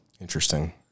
interesting